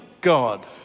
God